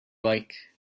like